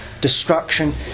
destruction